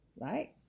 right